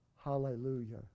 Hallelujah